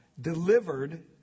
Delivered